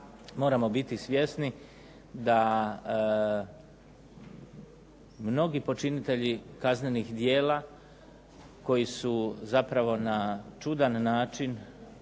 moramo biti svjesni da mnogi počinitelji kaznenih djela koji su zapravo na čudan način,